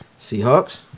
Seahawks